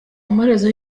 amaherezo